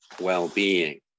well-being